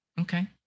okay